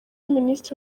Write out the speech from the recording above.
minisitiri